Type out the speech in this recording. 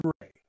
Gray